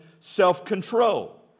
self-control